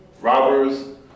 robbers